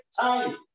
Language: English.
time